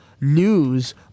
news